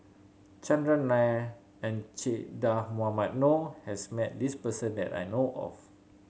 Chandran Nair and Che Dah Mohamed Noor has met this person that I know of